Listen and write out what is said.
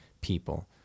people